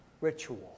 ritual